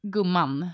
Gumman